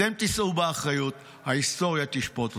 אתם תישאו באחריות, ההיסטוריה תשפוט אתכם.